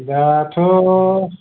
दाथ'